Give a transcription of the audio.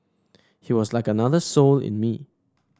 he was like another soul in me